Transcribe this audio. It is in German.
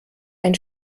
ein